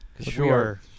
Sure